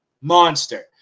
monster